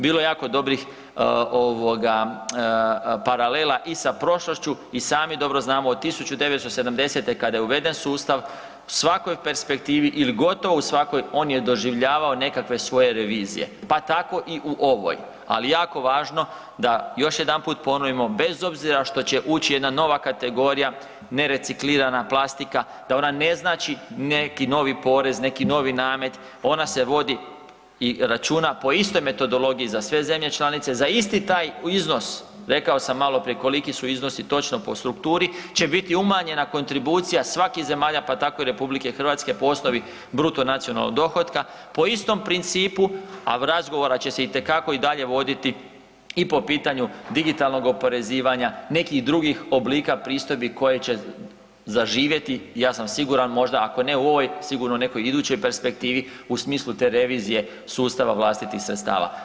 Bilo je jako dobrih paralela i sa prošlošću i sami dobro znamo, od 1970. kad je uveden sustav, svakoj perspektivi ili u gotovo svakoj perspektivi on je doživljavao nekakve svoje revizije pa tako i u ovoj ali jako je važno da još jedanput ponovimo, bez obzira što će ući jedna nova kategorija nereciklirana plastika, da ona ne znači neki novi porez, neki novi namet, ona se vodi i računa po istoj metodologiji za sve zemlje članice, za isti taj iznos rekao sam maloprije koliki su iznosi točno po strukturi će biti umanjena kontribucija svakih zemalja pa tako i RH po osnovi bruto nacionalnog dohotka, po istom principu a razgovora će se itekako i dalje voditi i po pitanju digitalnog oporezivanja, nekih drugih oblika pristojbi koje će zaživjeti i ja sam siguran možda ako ne u ovoj, sigurno u nekoj idućoj perspektivi, u smislu te revizije sustava vlastitih sredstava.